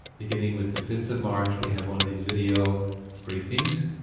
beginning with the fifth of march, we have one of these video briefings,